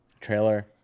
trailer